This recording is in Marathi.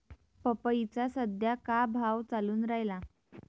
पपईचा सद्या का भाव चालून रायला?